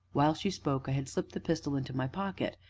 while she spoke, i had slipped the pistol into my pocket,